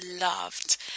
loved